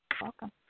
Welcome